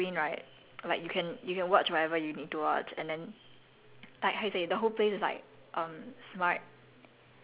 then like um the screens all over then in the in the screen right like you can you can watch whatever you need to watch and then